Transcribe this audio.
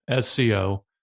SCO